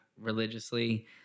religiously